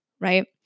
right